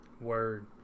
Word